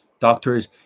doctors